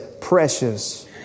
precious